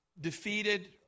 defeated